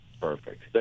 Perfect